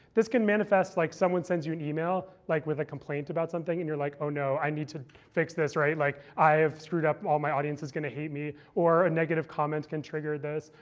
this can manifest like someone sends you an email like with a complaint about something. and you're like, oh, no, i need to fix this. like i have screwed up. all my audience is going to hate me. or a negative comments can trigger this.